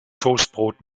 toastbrot